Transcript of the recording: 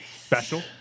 special